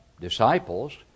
disciples